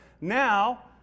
now